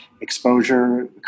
exposure